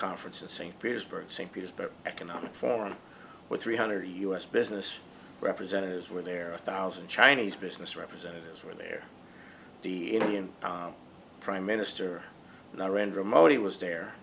conference in st petersburg st petersburg economic forum where three hundred u s business representatives were there a thousand chinese business representatives were there the indian prime minister narendra modi was there